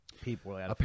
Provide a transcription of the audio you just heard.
people